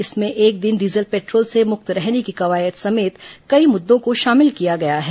इसमें एक दिन डीजल पेट्रोल से मुक्त रहने की कवायद समेत कई मुद्दों को शामिल किया गया है